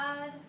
God